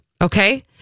Okay